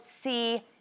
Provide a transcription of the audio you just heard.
see